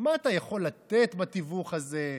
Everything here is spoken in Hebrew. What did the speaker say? מה אתה יכול לתת בתיווך הזה?